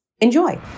Enjoy